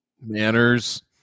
manners